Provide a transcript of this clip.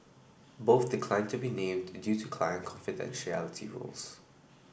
both declined to be named in due to client confidentiality rules